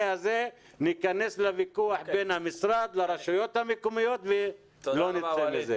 הזה ניכנס לוויכוח בין המשרד לרשויות המקומיות ולא נצא ממנו.